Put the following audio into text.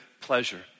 pleasure